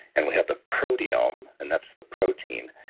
and we have the proteome, and that's the protein,